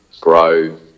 grow